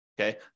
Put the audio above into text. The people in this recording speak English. okay